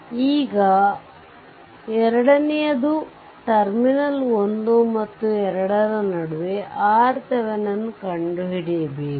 ಈಗ ಎರಡನೆಯದು ಟರ್ಮಿನಲ್ 1 ಮತ್ತು 2 ರ ನಡುವೆ RThevenin ಕಂಡುಹಿಡಿಯಬೇಕು